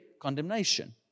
condemnation